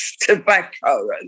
tobacco